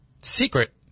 secret